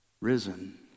risen